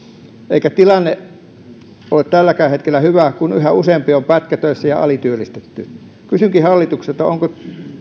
eikä tilanne ole tälläkään hetkellä hyvä kun yhä useampi on pätkätöissä ja alityöllistetty kysynkin hallitukselta onko